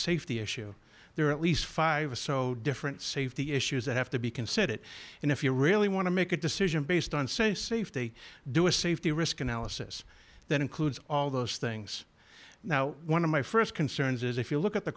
safety issue there are at least five so different safety issues that have to be considerate and if you really want to make a decision based on say safety do a safety risk analysis that includes all those things now one of my st concerns is if you look at the